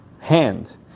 hand